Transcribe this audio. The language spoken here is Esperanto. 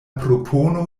propono